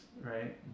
right